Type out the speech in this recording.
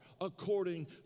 according